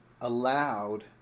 allowed